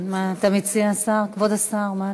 מה אתה מציע, כבוד השר?